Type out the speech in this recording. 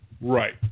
Right